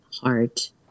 heart